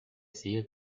sigue